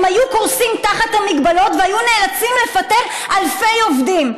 היו קורסים תחת המגבלות והיו נאלצים לפטר אלפי עובדים?